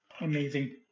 amazing